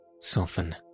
soften